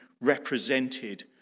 represented